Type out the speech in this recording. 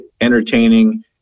entertaining